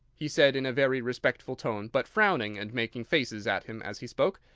he said in a very respectful tone, but frowning and making faces at him as he spoke.